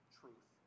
truth